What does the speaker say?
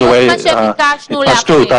זה בדיוק מה שביקשנו להכין.